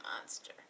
monster